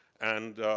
and